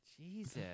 Jesus